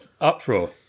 Uproar